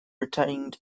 retained